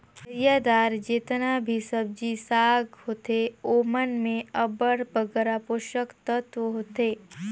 जरियादार जेतना भी सब्जी साग होथे ओमन में अब्बड़ बगरा पोसक तत्व होथे